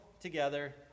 together